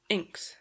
Inks